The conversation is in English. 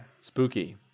Spooky